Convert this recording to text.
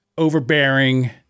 Overbearing